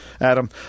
Adam